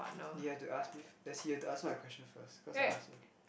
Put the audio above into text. you have to ask me first then he has to answer my question first cause I ask him